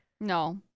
No